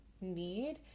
need